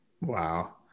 Wow